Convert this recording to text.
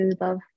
love